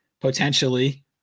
potentially